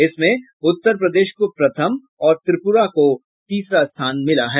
इसमें उत्तर प्रदेश को प्रथम और त्रिपुरा को तीसरा स्थान मिला है